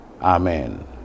Amen